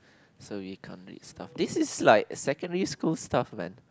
so we can't really stop this is like secondary school stuff man